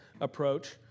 approach